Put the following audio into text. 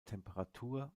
temperatur